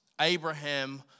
Abraham